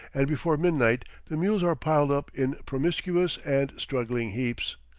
and before midnight the mules are piled up in promiscuous and struggling heaps,